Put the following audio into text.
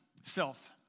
self